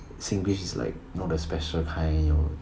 singlish is like not that special kind